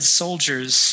soldiers